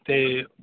ਅਤੇ